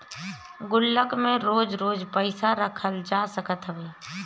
गुल्लक में रोज रोज पईसा रखल जा सकत हवे